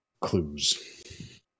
clues